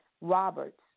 Roberts